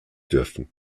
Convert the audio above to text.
dürfen